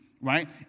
right